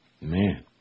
Man